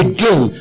Again